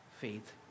faith